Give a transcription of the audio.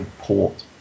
Port